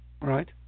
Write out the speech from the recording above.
Right